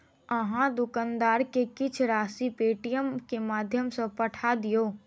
अहाँ दुकानदार के किछ राशि पेटीएमम के माध्यम सॅ पठा दियौ